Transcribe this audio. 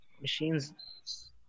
Machines